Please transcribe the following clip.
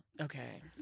Okay